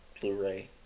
Blu-ray